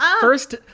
First